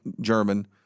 German